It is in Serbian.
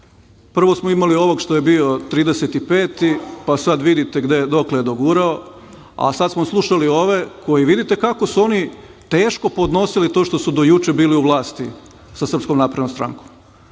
Prvo smo imali onog što je bio 35-ti pa sada vidite dokle je dogurao, a sada smo slušali ove koji vidite kako su oni teško podnosili to što su do juče bili u vlasti sa Srpskom naprednom strankom. Vidite